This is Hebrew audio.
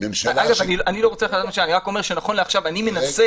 אני רק אומר שנכון לעכשיו אני מנסה